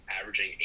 averaging